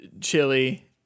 chili